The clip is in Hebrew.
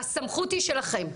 הסמכות היא שלכם,